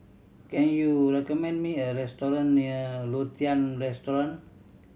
can you recommend me a restaurant near Lothian Terrace